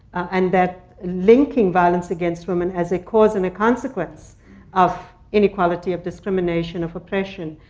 and that linking violence against women as a cause and a consequence of inequality, of discrimination, of oppression,